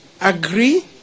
agree